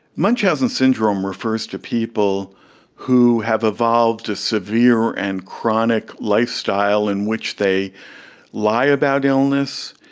munchausen syndrome refers to people who have evolved a severe and chronic lifestyle in which they lie about illness,